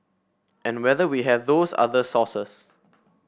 and whether we have those other sources